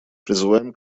призываем